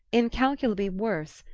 incalculably worse,